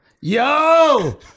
Yo